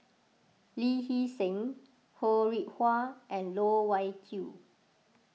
Lee Hee Seng Ho Rih Hwa and Loh Wai Kiew